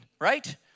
right